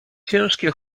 ciężkie